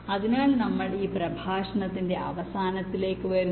അതിനാൽ നമ്മൾ ഈ പ്രഭാഷണത്തിന്റെ അവസാനത്തിലേക്ക് വരുന്നു